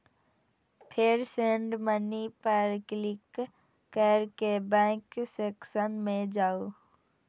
फेर send money पर click कैर के बैंक सेक्शन मे जाउ